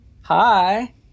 Hi